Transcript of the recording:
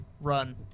Run